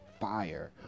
fire